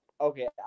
Okay